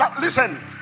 listen